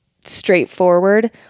straightforward